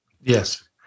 Yes